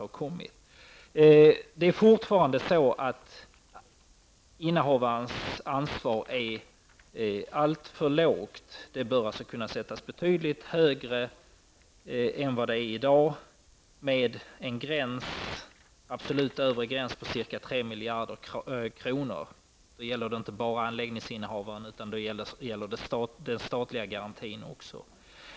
Innehavarens ansvar är fortfarande alltför litet. Beloppsgränsen bör kunna sättas betydligt högre än vad den är i dag med en absolut övre gräns på ca 3 miljarder kronor. Det gäller inte enbart anläggningsinnehavare utan även den statliga garantin.